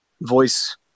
voice